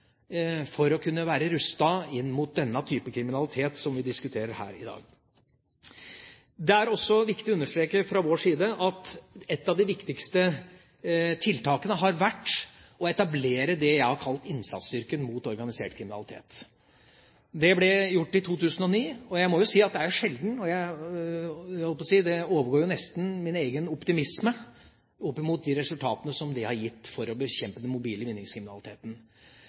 for å kunne være rustet mot den type kriminalitet som vi diskuterer her i dag. Det er også viktig å understreke fra vår side at et av de viktigste tiltakene har vært å etablere det jeg har kalt innsatsstyrken mot organisert kriminalitet. Det ble gjort i 2009, og jeg må jo si at det overgår nesten min egen optimisme de resultatene det har gitt når det gjelder å bekjempe den mobile vinningskriminaliteten.